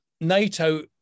nato